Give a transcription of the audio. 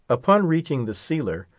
upon reaching the sealer,